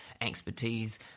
expertise